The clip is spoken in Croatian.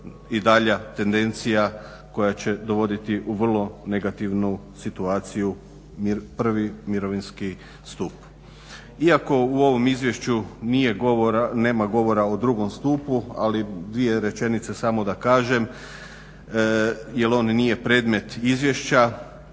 i dalja tendencija koja će dovoditi u vrlo negativnu situaciju prvi mirovinski stup. Iako u ovom izvješću nema govora o drugom stupu, ali dvije rečenice samo da kažem jer on nije predmet izvješća,